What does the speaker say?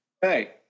hey